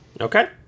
okay